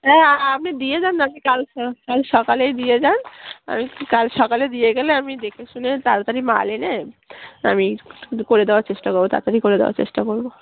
হ্যাঁ আপনি দিয়ে যান আপনি কাল কাল সকালেই দিয়ে যান আমি কাল সকালে দিয়ে গেলে আমি দেখে শুনে তাড়াতাড়ি মাল এনে আমি শুধু করে দেওয়ার চেষ্টা করবো তাড়াতাড়ি করে দেওয়ার চেষ্টা করবো